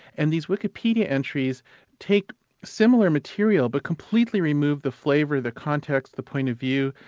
and these wikipedia entries take similar material but completely remove the flavour, the context, the point of view,